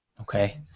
Okay